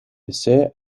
pese